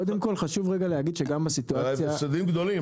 קודם כל חשוב רגע להגיד שגם בסיטואציה --- הפסדים גדולים,